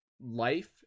life